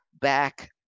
back